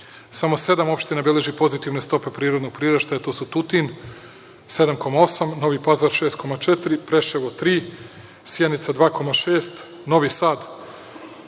Samo sedam opština beleži pozitivne stope prirodnog priraštaja, a to su Tutin - 7,8, Novi Pazar - 6,4, Preševo - 3, Sjenica - 2,6, Novi Sad